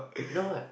know what